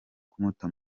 kumuta